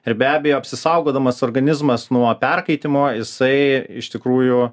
ir be abejo apsisaugodamas organizmas nuo perkaitimo jisai iš tikrųjų